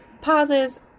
pauses